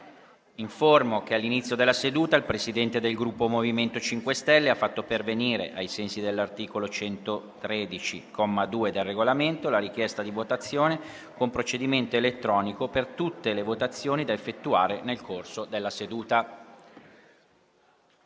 che all'inizio della seduta il Presidente del Gruppo MoVimento 5 Stelle ha fatto pervenire, ai sensi dell'articolo 113, comma 2, del Regolamento, la richiesta di votazione con procedimento elettronico per tutte le votazioni da effettuare nel corso della seduta.